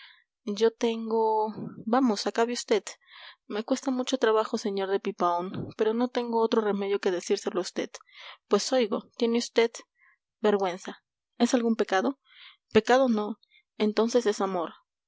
yo tengo vamos acabe vd me cuesta mucho trabajo sr de pipaón pero no tengo otro remedio que decírselo a vd pues oigo tiene vd vergüenza es algún pecado pecado no entonces es amor